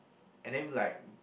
and then like